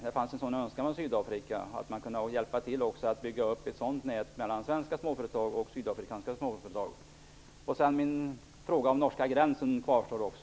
Det fanns en sådan önskan i Sydafrika, och vi skulle kunna hjälpa till att bygga upp ett sådant nät mellan svenska och sydafrikanska småföretag. Min fråga om norska gränsen kvarstår också.